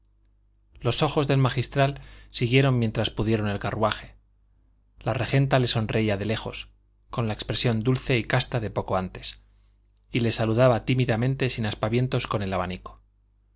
los ojos del magistral siguieron mientras pudieron el carruaje la regenta le sonreía de lejos con la expresión dulce y casta de poco antes y le saludaba tímidamente sin aspavientos con el abanico